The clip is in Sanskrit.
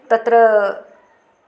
तत्र